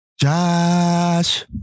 Josh